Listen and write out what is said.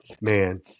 man